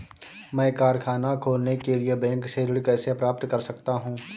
मैं कारखाना खोलने के लिए बैंक से ऋण कैसे प्राप्त कर सकता हूँ?